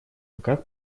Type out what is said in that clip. руках